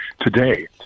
today